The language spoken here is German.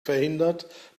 verhindert